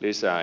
lisää